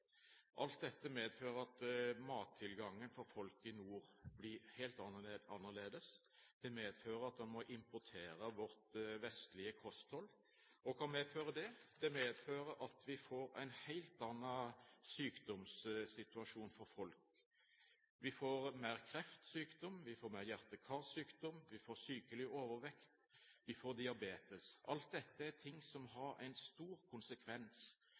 Alt dette medfører at mattilgangen for folk i nord blir helt annerledes. Det medfører at de må importere vårt vestlige kosthold. Og hva medfører det? Det medfører at vi får en helt annen sykdomssituasjon for folk. Vi får mer kreftsykdom, vi får mer hjerte- og karsykdom, vi får sykelig overvekt, vi får diabetes. Alt dette er ting som faktisk har en stor konsekvens